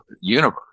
universe